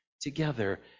together